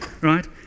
Right